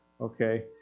Okay